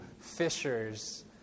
fishers